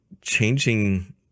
changing